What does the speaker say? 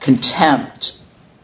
contempt